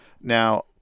now